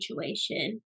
situation